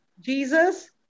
Jesus